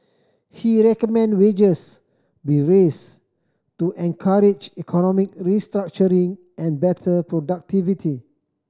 he recommended wages be raised to encourage economic restructuring and better productivity